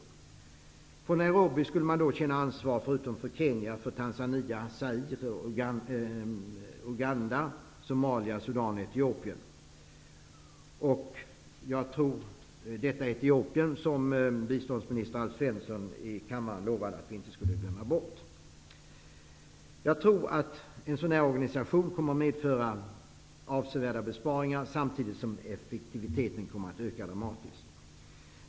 I Nairobi skulle man då känna ansvar förutom för Sudan och Etiopien. Biståndsminister Alf Svensson lovade i dag i kammaren att inte glömma bort En sådan här organisation kommer att medföra avsevärda besparingar samtidigt som effektiviteten kommer att öka dramatiskt.